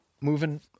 moving